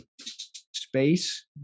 space